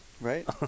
Right